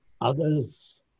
others